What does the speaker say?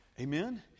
Amen